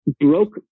broke